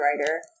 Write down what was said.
writer